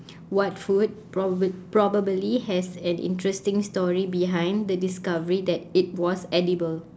what food probab~ probably has an interesting story behind the discovery that it was edible